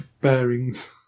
bearings